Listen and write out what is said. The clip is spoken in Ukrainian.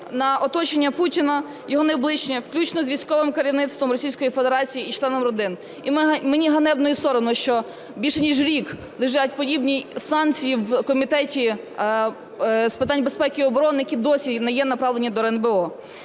на оточення Путіна його найближче, включно з військовим керівництвом Російської Федерації і членів родин. І мені ганебно і соромно, що більше ніж рік, лежать подібні санкції в Комітеті з питань безпеки і оборони, які досі не є направлені до РНБО.